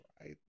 right